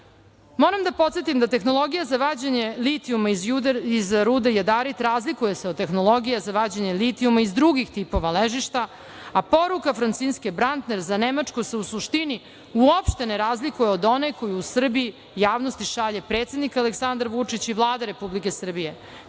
da podsetim da tehnologija za vađenje litijuma iz rude jadarit razlikuje se od tehnologije za vađenje litijuma iz drugih tipova ležišta, a poruka Franciske Brantner za Nemačku se u suštini uopšte ne razlikuje od one koju u Srbiji javnosti šalje predsednik Aleksandar Vučić i Vlada Republike Srbije